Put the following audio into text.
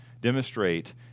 Demonstrate